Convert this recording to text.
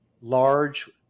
large